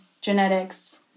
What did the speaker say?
genetics